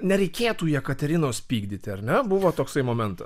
nereikėtų jekaterinos pykdyti ar ne buvo toksai momentas